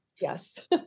Yes